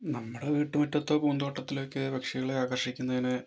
നമ്മുടെ വീട്ടുമുറ്റത്തെ പൂന്തോട്ടത്തിലൊക്കെ പക്ഷികളെ ആകർഷിക്കുന്നതിന്